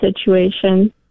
situation